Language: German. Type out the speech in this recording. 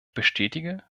bestätige